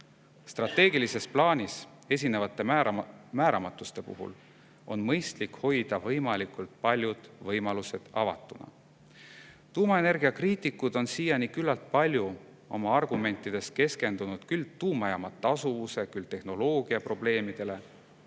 Strateegilises plaanis esinevate määramatuste puhul on mõistlik hoida võimalikult paljud võimalused avatuna. Tuumaenergia kriitikud on siiani küllaltki palju oma argumentides keskendunud küll tuumajaama tasuvuse, küll tehnoloogia probleemidele,